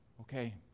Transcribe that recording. Okay